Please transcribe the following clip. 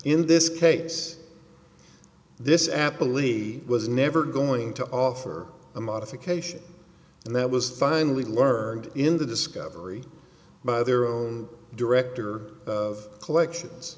in this case this apple e was never going to offer a modification and that was finally learned in the discovery by their own director of collections